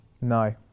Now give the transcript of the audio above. No